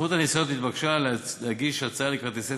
סוכנות הנסיעות נתבקשה להגיש הצעה לכרטיסי